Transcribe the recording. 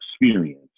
experience